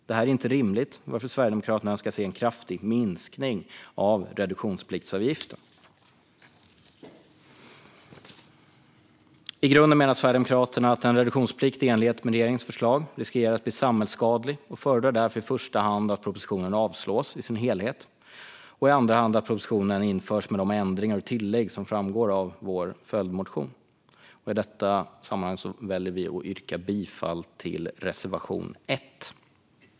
Detta är inte rimligt, varför Sverigedemokraterna önskar se en kraftig minskning av reduktionspliktsavgiften. I grunden menar Sverigedemokraterna att en reduktionsplikt i enlighet med regeringens förslag riskerar att bli samhällsskadlig. Vi föredrar därför i första hand att propositionen avslås i sin helhet och i andra hand att propositionen införs med de ändringar och tillägg som framgår av vår följdmotion. I detta sammanhang väljer jag att yrka bifall till reservation 1.